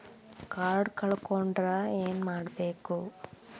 Card ಕಳ್ಕೊಂಡ್ರ ಏನ್ ಮಾಡಬೇಕು?